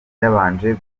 yabanje